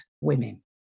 women